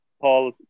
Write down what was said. Paul